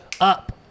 up